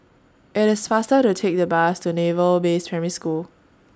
IT IS faster to Take The Bus to Naval Base Primary School